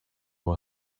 will